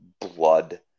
blood